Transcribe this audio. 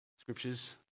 Scripture's